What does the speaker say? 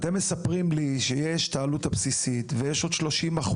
יש את העלות הבסיסית ועוד 30%,